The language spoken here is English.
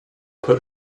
put